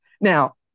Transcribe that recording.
Now